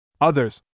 Others